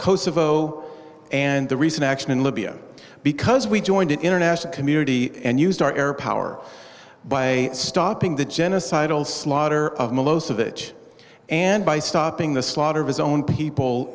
kosovo and the recent action in libya because we joined an international community and used our air power by stopping the genocidal slaughter of milosevic and by stopping the slaughter of his own people